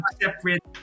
separate